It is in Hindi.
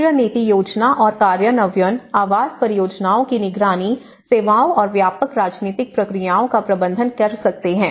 राष्ट्रीय नीति योजना और कार्यान्वयन आवास परियोजनाओं की निगरानी सेवाओं और व्यापक राजनीतिक प्रक्रियाओं का प्रबंधन कर सकते हैं